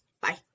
Bye